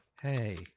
hey